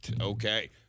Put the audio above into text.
Okay